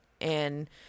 and-